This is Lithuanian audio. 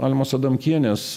almos adamkienės